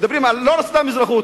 מדברים על לא רק סתם אזרחות,